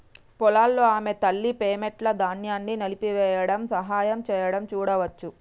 పొలాల్లో ఆమె తల్లి, మెమ్నెట్, ధాన్యాన్ని నలిపివేయడంలో సహాయం చేయడం చూడవచ్చు